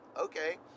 okay